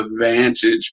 advantage